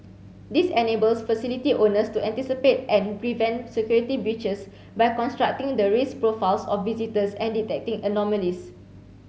this enables facility owners to anticipate and prevent security breaches by constructing the risk profiles of visitors and detecting anomalies